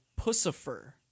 Pussifer